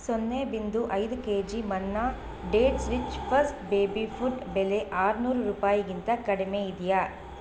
ಸೊನ್ನೆ ಬಿಂದು ಐದು K G Manna dates rich first baby food ಬೆಲೆ ಆರುನೂರು ರೂಪಾಯಿಗಿಂತ ಕಡಿಮೆ ಇದೆಯಾ